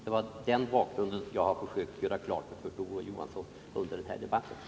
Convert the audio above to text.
Det är den bakgrunden som jag under den här debatten har försökt att klargöra för Kurt Ove Johansson.